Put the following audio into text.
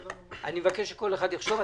אני מבקש שכל אחד יחשוב.